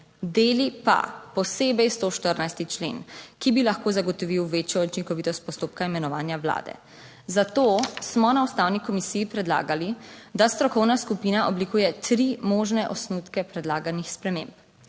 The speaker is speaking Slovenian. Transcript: deli pa, posebej 114. člen, ki bi lahko zagotovil večjo učinkovitost postopka imenovanja vlade. Zato smo na Ustavni komisiji predlagali, da strokovna skupina oblikuje tri možne osnutke predlaganih sprememb.